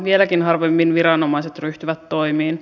vieläkin harvemmin viranomaiset ryhtyvät toimiin